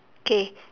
K